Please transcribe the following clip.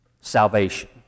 salvation